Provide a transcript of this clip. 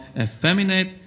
effeminate